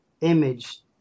image